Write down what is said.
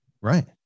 Right